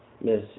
Miss